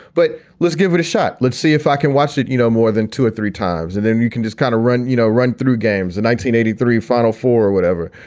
but let's give it a shot. let's see if i can watch it. you know, more than two or three times and then you can just kind of run, you know, run through games in nineteen eighty three, final four or whatever.